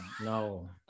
no